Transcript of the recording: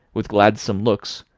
with gladsome looks,